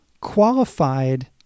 qualified